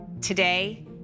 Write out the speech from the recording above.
Today